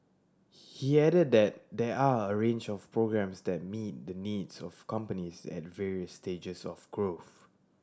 he added that there are a range of programmes that meet the needs of companies at various stages of growth